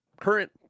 current